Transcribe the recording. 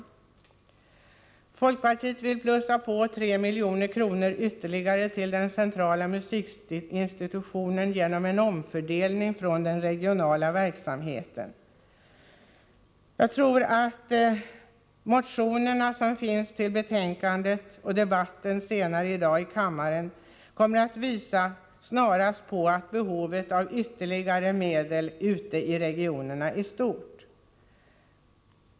För det femte: Folkpartiet vill plussa på 3 milj.kr. ytterligare till den centrala musikinstitutionen genom en omfördelning från den regionala verksamheten. Både de motioner som behandlas i betänkandet och debatten i kammaren visar snarast på att behovet av ytterligare medel ute i regionerna är stort.